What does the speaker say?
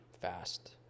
Fast